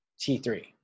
T3